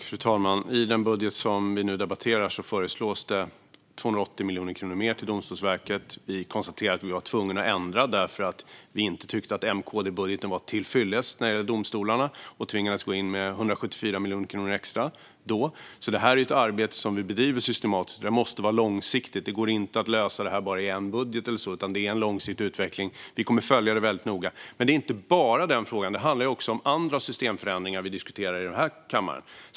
Fru talman! I den budget som vi nu debatterar föreslås det 280 miljoner kronor mer till Domstolsverket. Vi konstaterade att vi var tvungna att ändra. Vi tyckte inte att M-KD-budgeten var till fyllest när det gällde domstolarna och tvingades då gå in med 174 miljoner kronor extra. Det är alltså ett arbete som vi bedriver systematiskt. Det måste vara långsiktigt. Det går inte att lösa det bara i en budget eller så, utan det är en långsiktig utveckling. Vi kommer att följa det väldigt noga. Men det är inte bara den frågan. Det handlar också om andra systemförändringar som vi diskuterar i denna kammare.